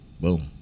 boom